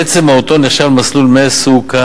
מעצם מהותו נחשב למסלול "מסוכן",